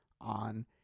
on